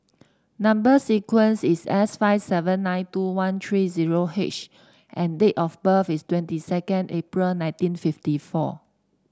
number sequence is S five seven nine two one three zero H and date of birth is twenty second April nineteen fifty four